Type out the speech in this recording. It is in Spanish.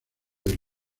del